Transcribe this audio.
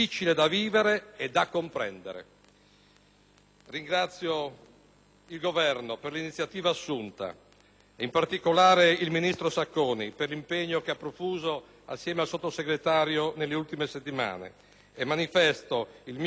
Ringrazio il Governo per l'iniziativa assunta, in particolare il ministro Sacconi per l'impegno che ha profuso insieme al Sottosegretario nelle ultime settimane, e manifesto il mio consenso alla proposta del Governo.